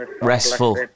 restful